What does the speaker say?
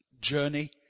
journey